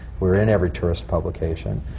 we're in every tourist publication.